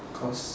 cause